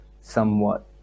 somewhat